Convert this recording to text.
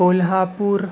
کولہا پور